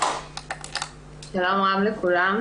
שלום רב לכולם.